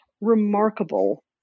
remarkable